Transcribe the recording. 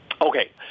okay